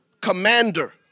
commander